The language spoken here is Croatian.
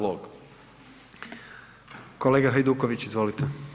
Kolega Hajduković, izvolite.